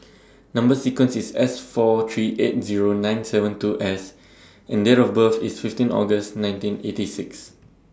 Number sequence IS S four three eight Zero nine seven two S and Date of birth IS fifteen August nineteen eighty six